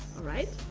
alright,